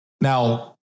Now